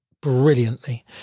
brilliantly